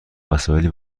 وسایلی